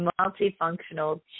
Multifunctional